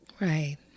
right